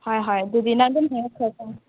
ꯍꯣꯏ ꯍꯣꯏ ꯑꯗꯨꯗꯤ ꯅꯪ ꯑꯗꯨꯝ